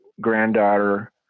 granddaughter